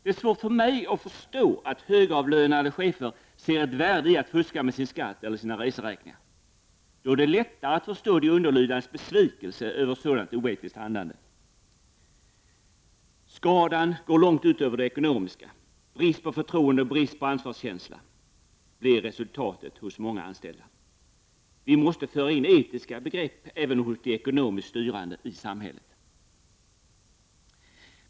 Det är svårt för mig att förstå att högavlönade chefer ser ett värde i att fuska med sin skatt eller sina reseräkningar. Då är det lättare att förstå de underlydandes besvikelse över sådant oetiskt handlande. Skadan går långt utöver den ekonomiska — brist på förtroende och brist på ansvarskänsla blir resultatet hos många anställda. Vi måste föra in etiska begrepp även hos de ekonomiskt styrande i samhället.